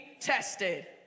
tested